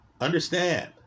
Understand